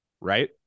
right